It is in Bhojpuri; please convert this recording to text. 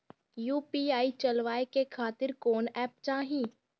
यू.पी.आई चलवाए के खातिर कौन एप चाहीं?